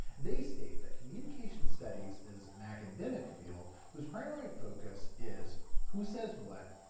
they state that, communication studies is an academic field whose primary focus is who says what,